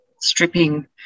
stripping